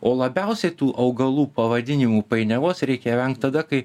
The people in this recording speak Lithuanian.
o labiausiai tų augalų pavadinimų painiavos reikia vengt tada kai